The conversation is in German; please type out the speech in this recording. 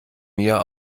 mir